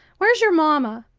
where's your mama,